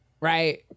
right